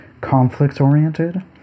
conflict-oriented